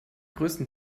größten